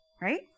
right